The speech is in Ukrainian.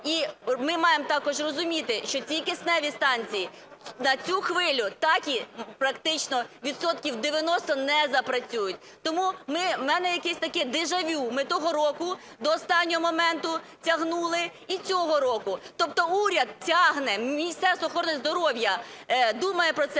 І ми маємо також розуміти, що ці кисневі станції на цю хвилю так і, практично відсотків 90, не запрацюють. Тому ми… В мене якесь таке дежавю: ми того року до останнього моменту тягнули і цього року. Тобто уряд тягне, Міністерство охорони здоров'я думає про це